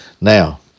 Now